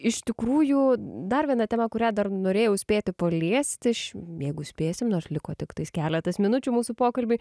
iš tikrųjų dar viena tema kurią dar norėjau spėti paliesti iš jeigu spėsim nors liko tiktais keletas minučių mūsų pokalbiui